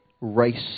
race